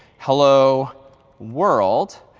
hello world.